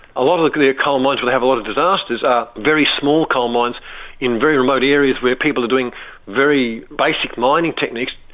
a lot of the coal mines that have a lot of disasters are very small coal mines in very remote areas where people are doing very basic mining techniques,